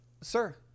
sir